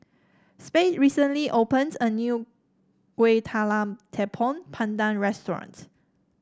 Sade recently opened a new Kueh Talam Tepong Pandan Restaurant